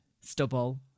stubble